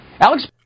Alex